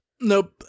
Nope